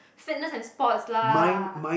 fitness and sports lah